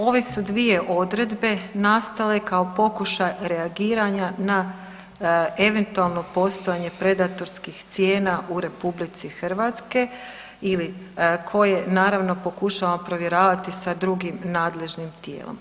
Ove su dvije odredbe nastale kao pokušaj reagiranja na eventualno postojanje predatorskih cijena u RH ili koje naravno pokušavamo provjeravati sa drugim nadležnim tijelom.